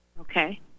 Okay